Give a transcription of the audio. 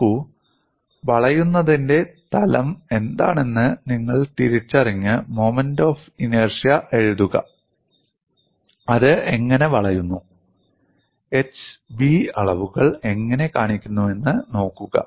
നോക്കൂ വളയുന്നതിന്റെ തലം എന്താണെന്ന് നിങ്ങൾ തിരിച്ചറിഞ്ഞ് മൊമെന്റ് ഓഫ് ഇനേർഷ്യ എഴുതുക അത് എങ്ങനെ വളയുന്നു h b അളവുകൾ എങ്ങനെ കാണിക്കുന്നുവെന്ന് നോക്കുക